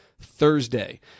Thursday